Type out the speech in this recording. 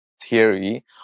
theory